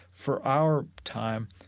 for our time,